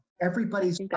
everybody's